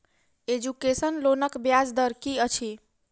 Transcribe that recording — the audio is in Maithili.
एजुकेसन लोनक ब्याज दर की अछि?